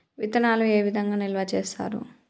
విత్తనాలు ఏ విధంగా నిల్వ చేస్తారు?